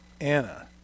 Anna